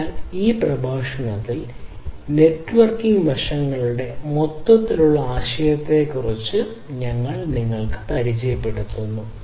അതിനാൽ ഈ പ്രഭാഷണത്തിൽ നെറ്റ്വർക്കിംഗ് വശങ്ങളുടെ മൊത്തത്തിലുള്ള ആശയത്തെക്കുറിച്ച് ഞങ്ങൾ നിങ്ങൾക്ക് പരിചയപ്പെടുത്തുന്നു